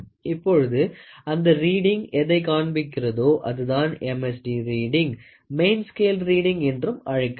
இப்பொழுது அந்த ரீடிங் எதை காண்பிக்கிறதோ அதுதான் MSD reading main scale reading என்றும் அழைக்கலாம்